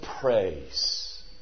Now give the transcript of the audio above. praise